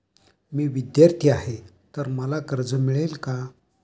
मी विद्यार्थी आहे तर मला कर्ज मिळेल का?